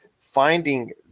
finding